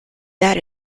that